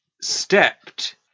stepped